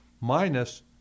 minus